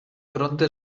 prompte